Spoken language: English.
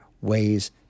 ways